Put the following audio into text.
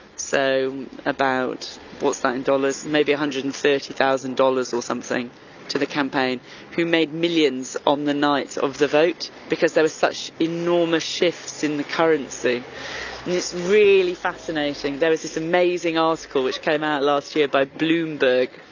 so about what's not in dollars, maybe one hundred and thirty thousand dollars or something to the campaign who made millions on the night of the vote because there was such enormous shifts in the currency. and this really fascinating, there was this amazing article which came out last year by bloomberg.